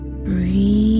Breathe